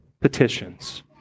petitions